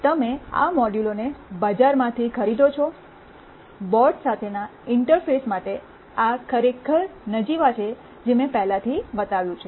તમે આ મોડ્યુલોને બજારમાંથી ખરીદો છો બોર્ડ્સ સાથેના ઇન્ટરફેસ માટે આ ખરેખર નજીવા છે જે મેં પહેલાથી બતાવ્યું છે